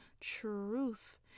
truth